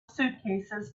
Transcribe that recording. suitcases